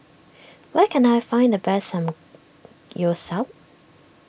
where can I find the best